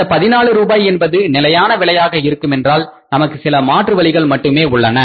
இந்த 14 ரூபாய் என்பது நிலையான விலையாக இருக்குமென்றால் நமக்கு சில மாற்று வழிகள் மட்டுமே உள்ளன